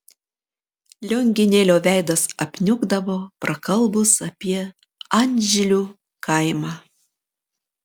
lionginėlio veidas apniukdavo prakalbus apie anžilių kaimą